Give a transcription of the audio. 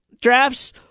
drafts